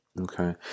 Okay